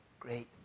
great